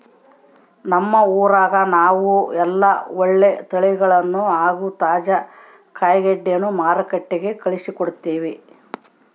ನಮ್ಮ ಊರಗ ನಾವು ಎಲ್ಲ ಒಳ್ಳೆ ತಳಿಗಳನ್ನ ಹಾಗೂ ತಾಜಾ ಕಾಯಿಗಡ್ಡೆನ ಮಾರುಕಟ್ಟಿಗೆ ಕಳುಹಿಸಿಕೊಡ್ತಿವಿ